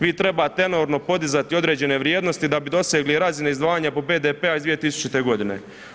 Vi trebate enorno podizati određene vrijednosti da bi dosegli razine izdvajanja BDP-a iz 2000. godine.